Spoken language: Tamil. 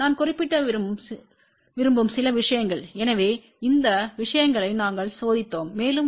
நான் குறிப்பிட விரும்பும் சில விஷயங்கள் எனவே இந்த விஷயங்களை நாங்கள் சோதித்தோம் மேலும்